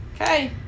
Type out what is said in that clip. Okay